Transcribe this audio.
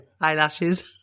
Eyelashes